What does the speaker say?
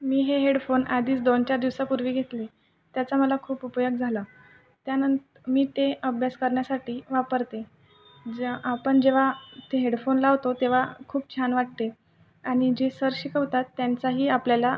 मी हे हेडफोन आधीच दोनचार दिवसापूर्वी घेतले त्याचा मला खूप उपयोग झाला त्यानं मी ते अभ्यास करण्यासाठी वापरते ज्या आपण जेव्हा ते हेडफोन लावतो तेव्हा खूप छान वाटते आणि जे सर शिकवतात त्यांचाही आपल्याला